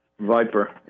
viper